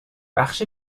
بخش